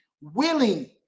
willing